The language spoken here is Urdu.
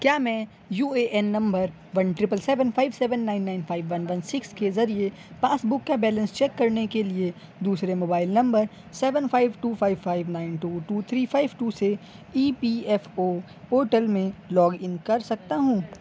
کیا میں U A N number one triple seven five seven nine nine five one one six کے ذریعے پاس بک کا بیلنس چیک کرنے کے لیے دوسرے mobile number seven five two five five nine two two three five two سے E P F O portal میں لاگ ان کر سکتا ہوں